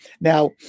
Now